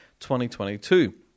2022